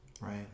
Right